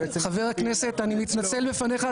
חבר הכנסת אני מתנצל בפניך.